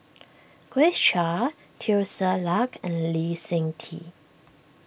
Grace Chia Teo Ser Luck and Lee Seng Tee